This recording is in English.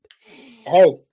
Hey